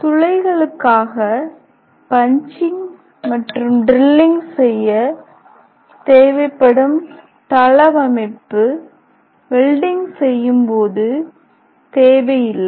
துளைகளுக்காக punching மற்றும் drilling செய்ய தேவைப்படும் தளவமைப்பு வெல்டிங் செய்யும்போது தேவையில்லை